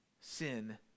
Sin